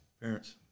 Parents